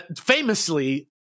famously